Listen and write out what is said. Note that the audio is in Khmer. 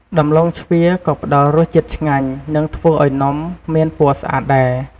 ដំឡូងជ្វាក៏ផ្តល់រសជាតិឆ្ងាញ់ និងធ្វើឱ្យនំមានពណ៌ស្អាតដែរ។